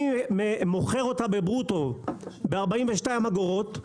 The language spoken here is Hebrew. אני מוכר אותה ברוטו ב-42 אגורות,